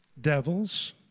devils